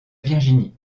virginie